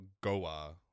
Goa